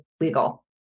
legal